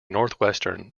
northwestern